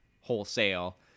wholesale